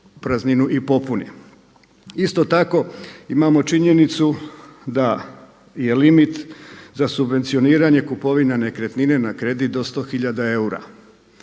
Isto tako, imamo činjenicu da je limit za subvencioniranje kupovine nekretnine na kredit do 100 hiljada eura.